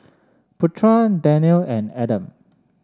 Putra Daniel and Adam